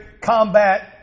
combat